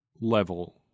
level